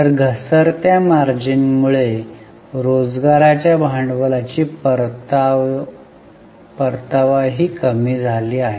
तर घसरत्या मार्जिनमुळे रोजगाराच्या भांडवलाची परतावाही कमी झाली आहे